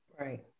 Right